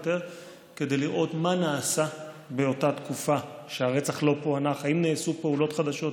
כדי לראות מה נעשה באותה תקופה שהרצח לא פוענח: האם נעשו פעולות חדשות,